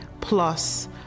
plus